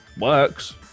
works